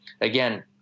Again